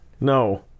No